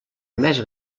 més